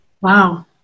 Wow